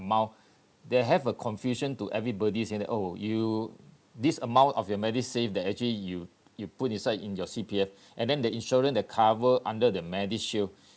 amount there have a confusion to everybody's saying that oh you this amount of your medisave that actually you you put inside in your C_P_F and then the insurance that cover under the medishield